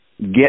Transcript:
get